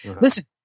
Listen